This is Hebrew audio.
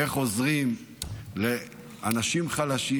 איך עוזרים לאנשים חלשים.